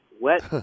wet